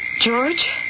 George